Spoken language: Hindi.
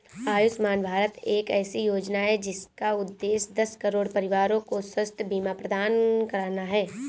आयुष्मान भारत एक ऐसी योजना है जिसका उद्देश्य दस करोड़ परिवारों को स्वास्थ्य बीमा प्रदान करना है